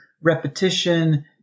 repetition